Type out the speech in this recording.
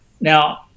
Now